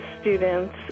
students